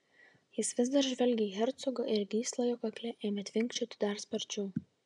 jis vis dar žvelgė į hercogą ir gysla jo kakle ėmė tvinkčioti dar sparčiau